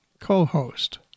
co-host